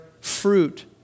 fruit